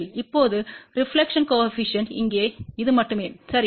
இப்போது reflected coefficient இங்கே இது மட்டுமே சரி